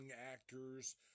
actors